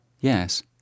Yes